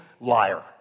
Liar